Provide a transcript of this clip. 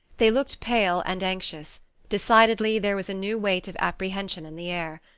they looked pale and anxious decidedly, there was a new weight of apprehension in the air.